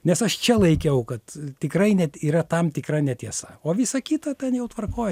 nes aš čia laikiau kad tikrai net yra tam tikra netiesa o visa kita ten jau tvarkoj